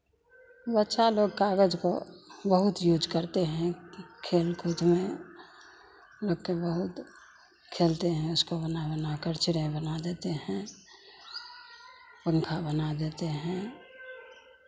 बच्चा लोग कागज़ को बहुत यूज़ करते हैं खेल कूद में रख के बहुत खेलते हैं इसको बना बना कर चिड़ै बना देते हैं पंखा बना देते हैं